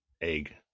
egg